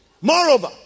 Moreover